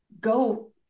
go